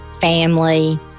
family